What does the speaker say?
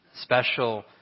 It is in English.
special